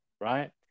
Right